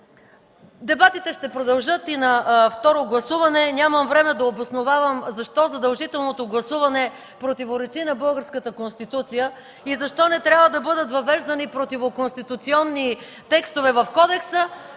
Дебатите ще продължат и на второ гласуване. Нямам време да обосновавам защо задължителното гласуване противоречи на българската Конституция и защо не трябва да бъдат въвеждани противоконституционни текстове в Кодекса.